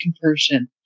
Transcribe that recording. conversion